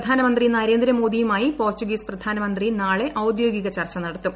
പ്രധാനമന്ത്രി നരേന്ദ്രമോദിയുമായി പോർട്ടുഗീസ് പ്രധാനമന്ത്രി നാളെ ഔദ്യോഗിക ചർച്ച നടത്തും